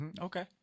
Okay